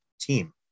team